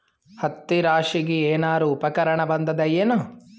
ಹತ್ತಿ ರಾಶಿಗಿ ಏನಾರು ಉಪಕರಣ ಬಂದದ ಏನು?